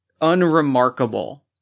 Unremarkable